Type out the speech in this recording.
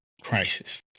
crisis